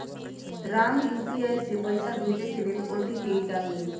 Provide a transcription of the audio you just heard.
Ram UPI से पइसा भेजे के लेल ओ.टी.पी डाललई